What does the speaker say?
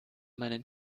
meinen